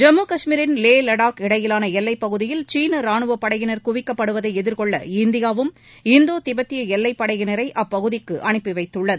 ஜம்மு கஷ்மீரின் லே லடாக் இடையிலான எல்லைப் பகுதியில் சீன ரானுவ படையினர் குவிக்கப்படுவதை எதிர்கொள்ள இந்தியாவும் இந்தோ திபெத்திய எல்லைப் படையினரை அப்பகுதிக்கு அனுப்பி வைத்துள்ளது